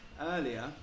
earlier